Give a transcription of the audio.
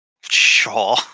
Sure